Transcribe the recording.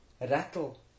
rattle